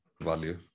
value